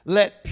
Let